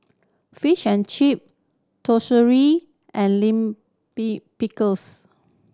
Fish and Chip and Lime P Pickles